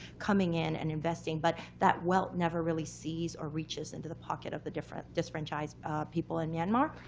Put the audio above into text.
coming in and investing. but that wealth never really sees or reaches into the pocket of the different disfranchised people in myanmar.